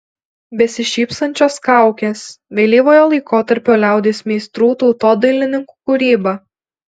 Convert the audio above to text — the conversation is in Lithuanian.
besišypsančios kaukės vėlyvojo laikotarpio liaudies meistrų tautodailininkų kūryba